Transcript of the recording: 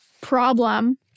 problem